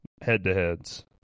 head-to-heads